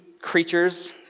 creatures